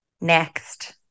Next